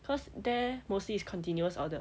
cause there mostly is continuous order